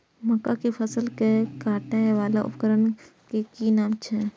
मक्का के फसल कै काटय वाला उपकरण के कि नाम छै?